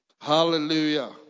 Hallelujah